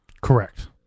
correct